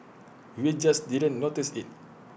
we just didn't notice IT